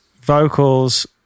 vocals